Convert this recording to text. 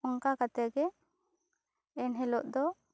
ᱚᱱᱠᱟ ᱠᱟᱛᱮ ᱜᱮ ᱮᱱᱦᱤᱞᱳᱜ ᱫᱚ